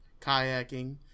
kayaking